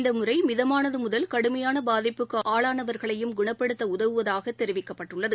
இந்தமுறைமிதமானதுமுதல் கடுமையானபாதிப்புக்குஆளானவர்களையும் குணப்படுத்தஉதவுவதாகதெரிவிக்கப்பட்டுள்ளது